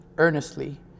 earnestly